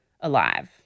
alive